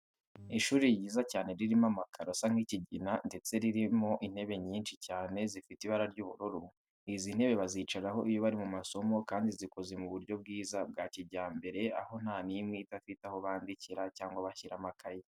Ishuri ryiza cyane ririmo amakaro asa nk'ikigina ndetse ririmo intebe nyinshi cyane zifite ibara ry'ubururu, izi ntebe bazicaraho iyo bari mu masomo kandi zikoze mu buryo bwiza bwa kijyambere aho nta n'imwe idafite aho bandikira cyangwa bashyira amakayi.